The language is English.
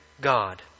God